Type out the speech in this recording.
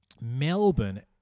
Melbourne